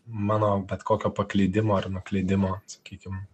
mano bet kokio paklydimo ar nuklydimo sakykim